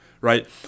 right